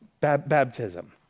baptism